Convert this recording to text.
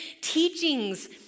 teachings